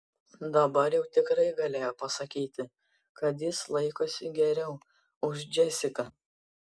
dabar jau tikrai galėjo pasakyti kad jis laikosi geriau už džesiką